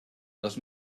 dos